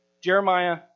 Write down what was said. Jeremiah